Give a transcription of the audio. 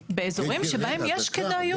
באזורים שבהם יש כדאיות